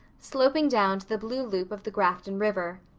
sloping down to the blue loop of the grafton river.